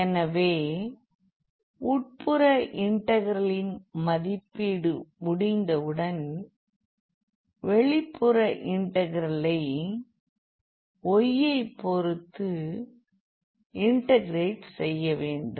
எனவே உட்புற இன்டெக்ரலின் மதிப்பீடு முடிந்தவுடன் வெளிப்புற இன்டெக்ரலை y ஐ பொருத்து இன்டெகிரெட் செய்ய வேண்டும்